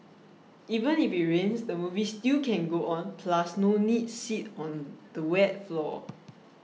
even if it rains the movie still can go on plus no need sit on the wet floor